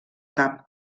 cap